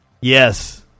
Yes